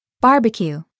Barbecue